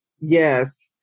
Yes